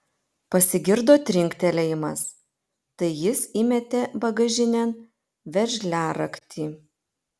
pasigirdo trinktelėjimas tai jis įmetė bagažinėn veržliaraktį